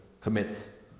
commits